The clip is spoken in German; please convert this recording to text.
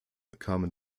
kamen